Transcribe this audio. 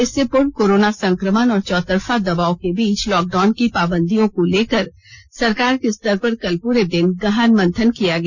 इससे पूर्व कोरोना संक्रमण और चौतरफा दबाव के बीच लॉकडाउन की पांबदियों को लेकर सरकार के स्तर पर कल पूरे दिन गहन मंथन किया गया